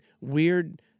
weird